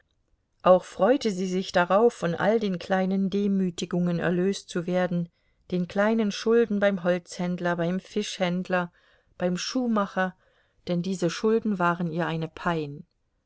auch freute sie sich darauf von all den kleinen demütigungen erlöst zu werden den kleinen schulden beim holzhändler beim fischhändler beim schuhmacher denn diese schulden waren ihr eine pein